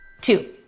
Two